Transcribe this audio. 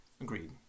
agreed